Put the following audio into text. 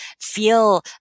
feel